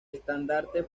estandarte